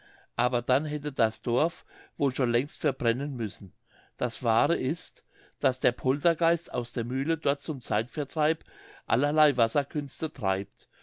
aber dann hätte das dorf wohl schon längst verbrennen müssen das wahre ist daß der poltergeist aus der mühle dort zum zeitvertreib allerlei wasserkünste treibt